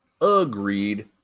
agreed